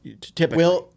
Typically